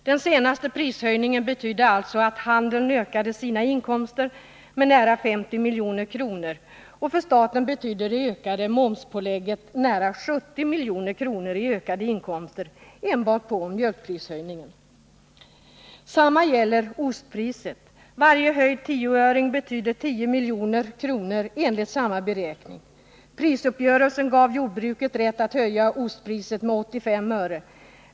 Den senaste prishöjningen betydde alltså att handeln ökade sina inkomster med nära 50 milj.kr. Och för staten betydde det ökade momspålägget nära 70 milj.kr. i ökade inkomster enbart på mjölkprishöjningen. Detsamma gäller ostpriset. Varje höjd tioöring betyder 10 milj.kr. enligt samma beräkning. Prisuppgörelsen gav jordbruket rätt att höja ostpriset med 85 öre.